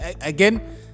again